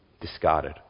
discarded